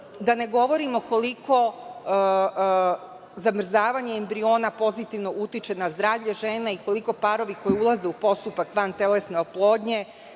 da ne govorimo koliko zamrzavanje embriona pozitivno utiče na zdravlje žena i koliko parovi koji ulaze u postupak vantelesne oplodnje